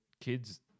kids